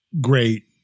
great